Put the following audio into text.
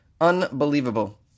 Unbelievable